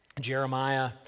Jeremiah